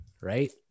Right